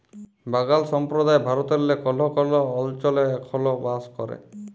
বাগাল সম্প্রদায় ভারতেল্লে কল্হ কল্হ অলচলে এখল বাস ক্যরে